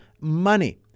money